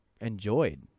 enjoyed